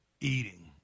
eating